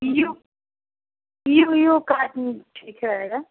you U U काट ठीक रहेगा